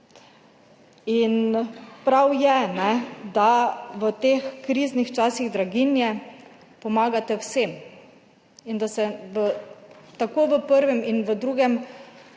In prav je, da v teh kriznih časih draginje pomagate vsem in da se tako v prvem in v drugem